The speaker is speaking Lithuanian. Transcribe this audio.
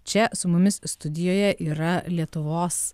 čia su mumis studijoje yra lietuvos